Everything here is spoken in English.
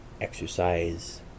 exercise